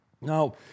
Now